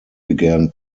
began